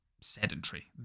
sedentary